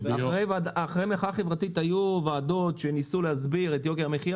אחרי המחאה החברתית היו ועדות שניסו להסביר את יוקר המחיה